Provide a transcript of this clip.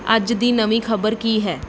ਅੱਜ ਦੀ ਨਵੀਂ ਖਬਰ ਕੀ ਹੈ